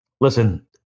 Listen